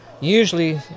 usually